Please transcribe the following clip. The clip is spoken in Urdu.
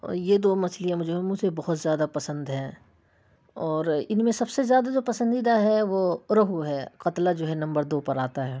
اور یہ دو مچھلیاں مجھے بہت زیادہ پسند ہیں اور ان میں سب سے زیادہ جو پسندیدہ ہے وہ روہو ہے قتلہ جو ہے نمبر دو پر آتا ہے